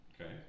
Okay